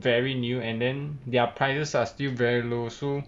very new and then their prices are still very low so